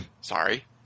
Sorry